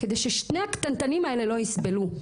כדי ששני הקטנטנים האלה לא יסבלו.